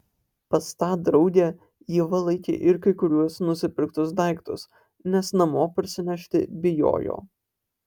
pas tą draugę ieva laikė ir kai kuriuos nusipirktus daiktus nes namo parsinešti bijojo